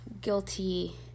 guilty